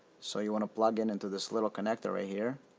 so, you want to plug in into this little connector right here.